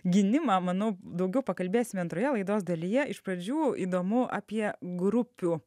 gynimą manau daugiau pakalbėsime antroje laidos dalyje iš pradžių įdomu apie grupių